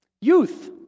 Youth